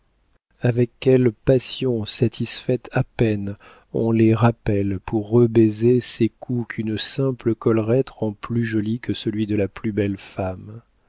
avec quelle passion satisfaite à peine on les rappelle pour rebaiser ces cous qu'une simple collerette rend plus jolis que celui de la plus belle femme